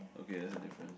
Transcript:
okay that's the difference